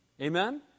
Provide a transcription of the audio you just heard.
Amen